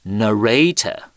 narrator